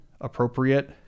appropriate